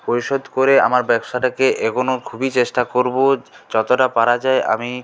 পরিশোধ করে আমার ব্যবসাটাকে এগোনোর খুবই চেষ্টা করবো যতটা পারা যায় আমি